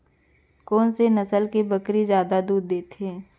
कोन से नस्ल के बकरी जादा दूध देथे